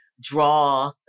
draw